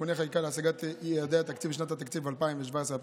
(תיקוני חקיקה להשגת יעדי התקציב לשנות התקציב לשנת 2017 ו-2018)